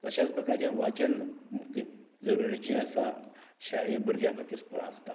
अशात प्रकारचें वाचन जरुरिचें आसा शाळे भुरग्यां खातीर आसता